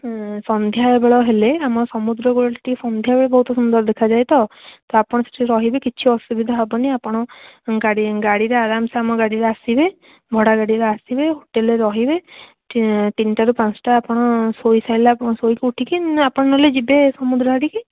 ସନ୍ଧ୍ୟାବେଳ ହେଲେ ଆମ ସମୁଦ୍ରକୂଳଟା ଟିକେ ସନ୍ଧ୍ୟାବେଳେ ବହୁତ ସୁନ୍ଦର ଦେଖାଯାଏ ତ ତ ଆପଣ ସେଠି ରହିବେ କିଛି ଅସୁବିଧା ହେବନି ଆପଣ ଗାଡ଼ିରେ ଆରାମ ସେ ଆମ ଗାଡ଼ିରେ ଆସିବେ ଭଡ଼ା ଗାଡ଼ିରେ ଆସିବେ ହୋଟେଲରେ ରହିବେ ତିନିଟାରୁ ପାଞ୍ଚଟା ଆପଣ ଶୋଇ ସାରିଲା ପରେ ଶୋଇକି ଉଠିକି ଆପଣ ନହେଲେ ଯିବେ ସମୁଦ୍ର ଆଡ଼ିକି